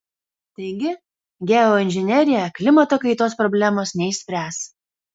taigi geoinžinerija klimato kaitos problemos neišspręs